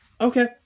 Okay